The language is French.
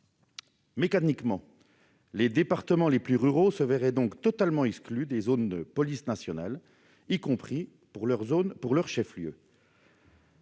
Mécaniquement, les départements les plus ruraux se verraient donc totalement exclus des zones de la police nationale, y compris pour leur chef-lieu.